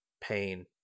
pain